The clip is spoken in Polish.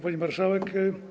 Pani Marszałek!